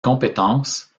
compétences